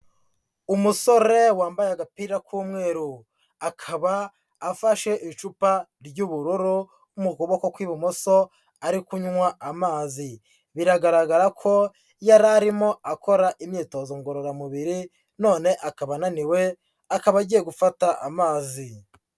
Umusore wambaye agapira k'umweru, akaba afashe icupa ry'ubururu mu kuboko kw'ibumoso ari kunywa amazi, biragaragara ko yari arimo akora imyitozo ngororamubiri none akaba ananiwe, akaba agiye gufata amazi.